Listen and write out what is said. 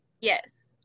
Yes